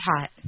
hot